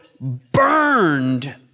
burned